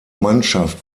mannschaft